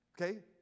okay